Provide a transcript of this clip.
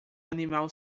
animal